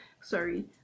sorry